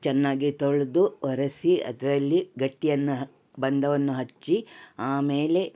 ಚೆನ್ನಾಗಿ ತೊಳೆದು ಒರೆಸಿ ಅದರಲ್ಲಿ ಗಟ್ಟಿಯನ್ನು ಹ ಬಂದವನ್ನು ಹಚ್ಚಿ ಆಮೇಲೆ